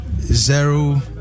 zero